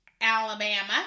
Alabama